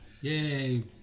Yay